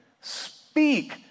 speak